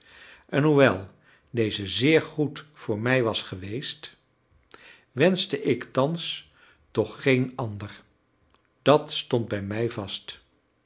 en hoewel deze zeer goed voor mij was geweest wenschte ik thans toch geen ander dat stond bij mij vast